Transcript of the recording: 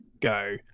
go